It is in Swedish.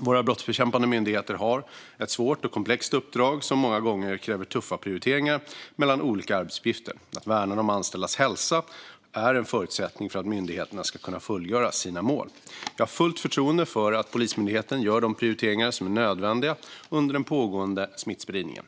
Våra brottsbekämpande myndigheter har ett svårt och komplext uppdrag som många gånger kräver tuffa prioriteringar mellan olika arbetsuppgifter. Att värna de anställdas hälsa är en förutsättning för att myndigheterna ska kunna fullgöra sina mål. Jag har fullt förtroende för att Polismyndigheten gör de prioriteringar som är nödvändiga under den pågående smittspridningen.